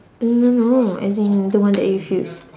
no no no as in the one that you've used